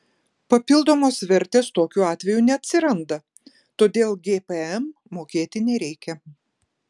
papildomos vertės tokiu atveju neatsiranda todėl gpm mokėti nereikia